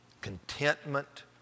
contentment